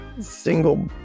single